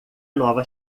nova